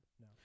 No